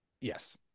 Yes